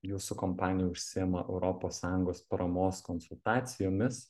jūsų kompanija užsiima europos sąjungos paramos konsultacijomis